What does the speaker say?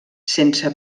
sense